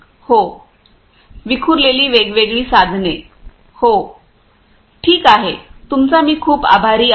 हो विखुरलेली वेगवेगळी साधने हो ठीक आहे तुमचा मी खूप आभारी आहे